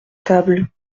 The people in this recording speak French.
table